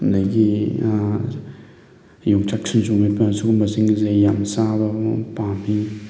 ꯑꯗꯒꯤ ꯌꯣꯡꯆꯥꯛ ꯁꯤꯡꯖꯨ ꯃꯦꯠꯄ ꯑꯁꯤꯒꯨꯝꯕꯁꯤꯡ ꯑꯁꯦ ꯌꯥꯝ ꯆꯥꯕ ꯄꯥꯝꯃꯤ